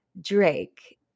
Drake